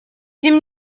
тем